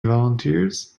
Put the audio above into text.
volunteers